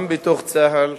גם בצה"ל,